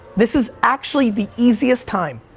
this is actually the easiest time,